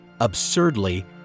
absurdly